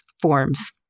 forms